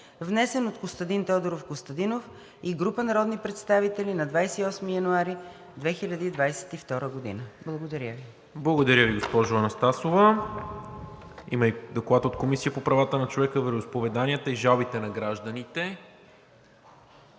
внесен от Костадин Тодоров Костадинов и група народни представители на 28 януари 2022 г.“ Благодаря Ви. ПРЕДСЕДАТЕЛ НИКОЛА МИНЧЕВ: Благодаря Ви, госпожо Анастасова. Има и Доклад от Комисията по правата на човека, вероизповеданията и жалбите на гражданите.